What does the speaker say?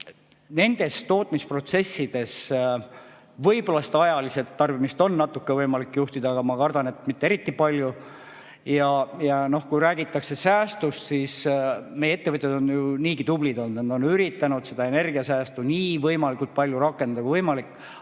nendes tootmisprotsessides võib-olla seda ajalist tarbimist on natuke võimalik juhtida, aga ma kardan, et mitte eriti palju. Ja kui räägitakse säästust, siis meie ettevõtjad on ju niigi tublid olnud, nad on üritanud seda energiasäästu rakendada nii palju kui võimalik.